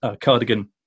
cardigan